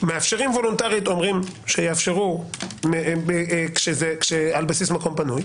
מאפשרים וולונטרית אומרים שיאפשרו על בסיס מקום פנוי,